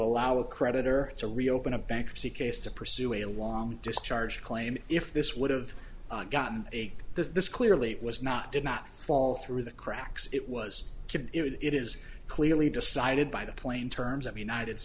allow a creditor to reopen a bankruptcy case to pursue a long discharge claim if this would have gotten this clearly it was not did not fall through the cracks it was given it is clearly decided by the plain terms of united